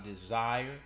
desire